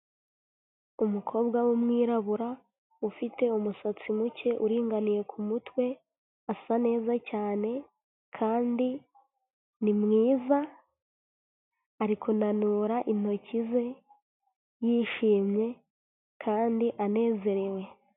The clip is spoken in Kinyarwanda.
Umukobwa w'umwirabura ufite umusatsi muke uringaniye ku mutwe, asa neza cyane kandi ni mwiza ari kunanura intoki ze yishimye kandi anezerewe.